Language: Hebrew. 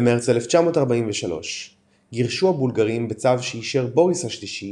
במרץ 1943 גירשו הבולגרים בצו שאישר בוריס השלישי